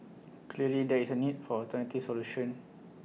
clearly there is A need for alternative solution